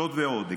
זאת ועוד,